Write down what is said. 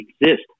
exist